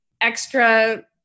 extra